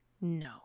No